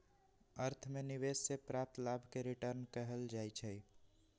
अर्थ में निवेश से प्राप्त लाभ के रिटर्न कहल जाइ छइ